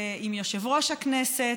עם יושב-ראש הכנסת,